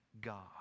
God